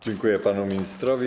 Dziękuję panu ministrowi.